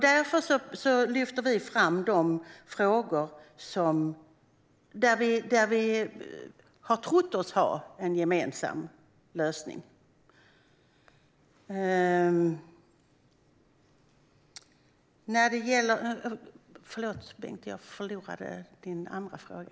Därför lyfter vi fram de frågor där vi har trott oss ha en gemensam lösning. Förlåt, Erik Bengtzboe, men jag glömde din andra fråga.